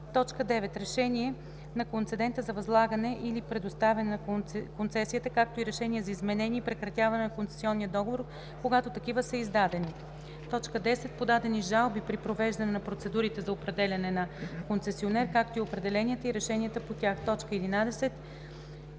9. решения на концедента за възлагане или предоставяне на концесията, както и решения за изменение и прекратяване на концесионния договор, когато такива са издадени; 10. подадени жалби при провеждане на процедурите за определяне на концесионер, както и определенията, и решенията по тях; 11.